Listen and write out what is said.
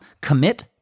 commit